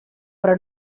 però